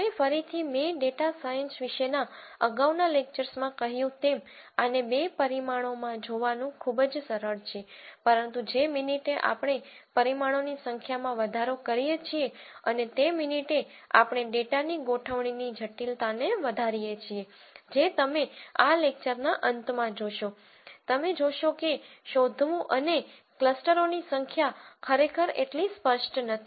હવે ફરીથી મેં ડેટા સાયન્સ વિશેના અગાઉના લેક્ચર્સમાં કહ્યું તેમ આને બે પરિમાણોમાં જોવાનું ખૂબ જ સરળ છે પરંતુ જે મિનિટે આપણે પરિમાણોની સંખ્યામાં વધારો કરીએ છીએ અને તે મિનિટે આપણે ડેટાની ગોઠવણીની જટિલતાને વધારીએ છીએ જે તમે આ લેકચરના અંતમાં જોશો તમે જોશો કે શોધવું અને ક્લસ્ટરોની સંખ્યા ખરેખર એટલી સ્પષ્ટ નથી